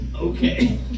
okay